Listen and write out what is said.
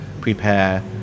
prepare